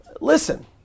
listen